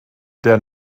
der